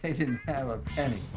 didn't have a penny.